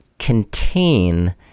contain